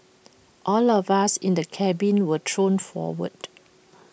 all of us in the cabin were thrown forward